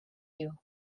you